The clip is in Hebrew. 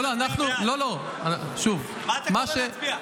לא, לא, שוב, מה --- מה אתה קורא להצביע?